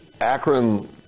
Akron